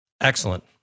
Excellent